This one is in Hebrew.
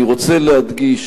אני רוצה להדגיש